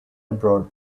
abroad